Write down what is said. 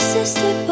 Sister